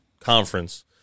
conference